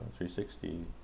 360